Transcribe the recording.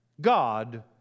God